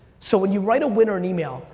so when you write a winner an email,